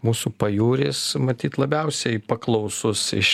mūsų pajūris matyt labiausiai paklausus iš